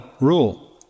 rule